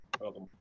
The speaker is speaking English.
welcome